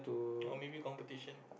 or many competition